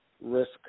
risk